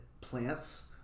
plants